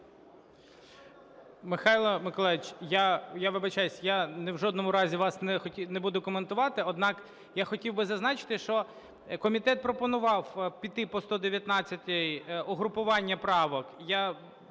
Михайло Миколайович, я вибачаюсь, я ні в жодному разі вас не буду коментувати, однак я хотів би зазначити, що комітет пропонував піти по 119-й – угрупування правок.